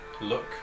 look